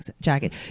jacket